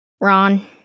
Ron